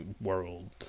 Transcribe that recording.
world